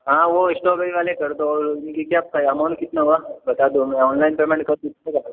हाँ वो स्टॉबेरी वाले कर दो उनकी क्या अमाउंट कितना हुआ बता दो हमें ऑनलाइन पेमेन्ट कर दूँ चलेगा